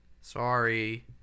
Sorry